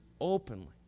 openly